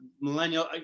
millennial